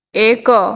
ଏକ